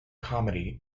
comedy